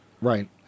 Right